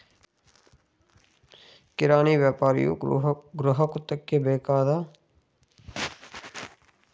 ಕಿರಾಣಿ ವ್ಯಾಪಾರಿಯು ಗೃಹಕೃತ್ಯಕ್ಕೆ ಬೇಕಾದ ಚಿಲ್ಲರೆ ಸಾಮಾನುಗಳನ್ನು ಸಂಬಾರ ದಿನಸಿ ಒಣಹಣ್ಣುಗಳು ಸಕ್ಕರೆಯನ್ನು ಮಾರ್ತವೆ